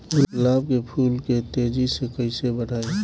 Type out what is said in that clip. गुलाब के फूल के तेजी से कइसे बढ़ाई?